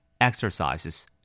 Exercises